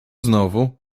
znowu